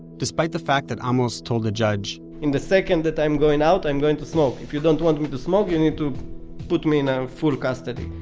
despite the fact that amos told the judge, in the second that i'm going out, i'm going to smoke. if you don't want me to smoke, you need to put me in um full custody.